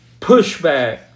pushback